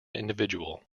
individual